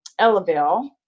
Ellaville